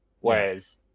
Whereas